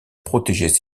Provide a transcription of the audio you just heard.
protéger